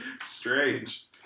strange